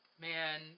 man